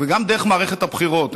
וגם דרך מערכת הבחירות,